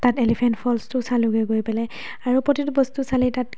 তাত এলেফেণ্ট ফল্চটো চালোঁগৈ পেলাই আৰু প্ৰতিটো বস্তু চালেই তাত